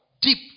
deep